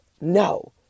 no